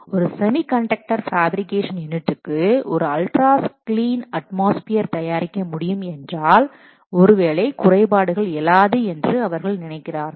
ஒரு semi conductor fabrication யூனிட்க்கு ஒரு அல்ட்ரா கிளீன் அட்மாஸ்பியர் தயாரிக்க முடியும் என்றால் ஒருவேளை குறைபாடுகள் எழாது என்று அவர்கள் நினைக்கிறார்கள்